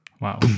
wow